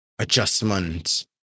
adjustment